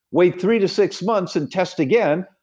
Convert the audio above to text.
wait three to six months and test again,